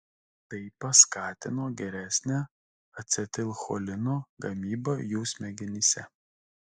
tai paskatino geresnę acetilcholino gamybą jų smegenyse